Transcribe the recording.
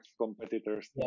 competitors